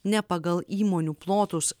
ne pagal įmonių plotus